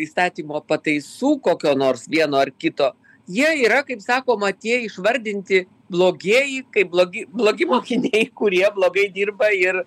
įstatymo pataisų kokio nors vieno ar kito jie yra kaip sakoma tie išvardinti blogieji kaip blogi blogi mokiniai kurie blogai dirba ir